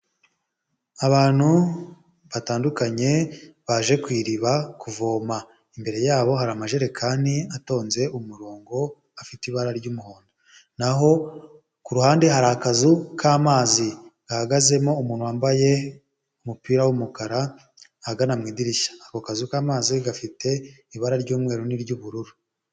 Abantu batandukanye baje ku iriba kuvoma, imbere yabo hari amajerekani atonze umurongo afite ibara ry'umuhondo, naho ku ruhande hari akazu k'amazi gahagazemo umuntu wambaye umupira w'umukara ahagana mu idirishya, ako kazu k'amazi gafite ibara ry'umweru n'iry'ubururu.